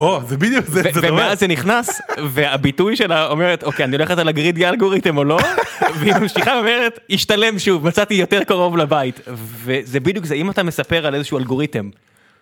או...ובדיוק...ואז זה נכנס והביטוי שלה אומרת אוקיי אני הולכת על הגרידי אלגוריתם או לא והיא ממשיכה ואומרת, השתלם שוב, מצאתי יותר קרוב לבית וזה בדיוק זה, אם אתה מספר על איזשהו אלגוריתם.